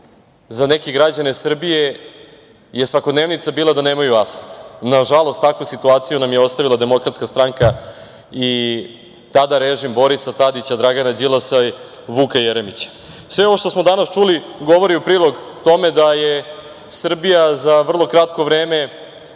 za neke građane Srbije je svakodnevnica bila da nemaju asfalt. Nažalost takvu situaciju nam je ostavila Demokratska stranka i tada režim Borisa Tadića, Dragana Đilasa i Vuka Jeremića. Sve ovo što smo danas čuli govori u prilog tome da je Srbija za vrlo kratko vreme